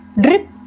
drip